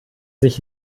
sich